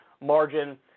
margin